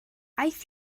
aeth